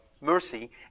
mercy